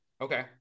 Okay